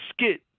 skit